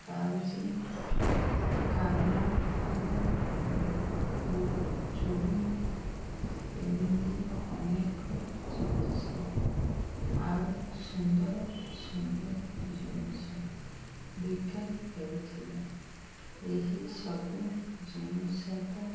ପାଉଁଜି କାନଫୁଲ ଚୁଡ଼ି ଏମିତି ଅନେକ ଜିନିଷ ଆଉ ସୁନ୍ଦର ସୁନ୍ଦର ଜିନିଷ ବିକା ହେଉଥିଲା ଏହିସବୁ ଜିନିଷ ତ